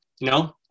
No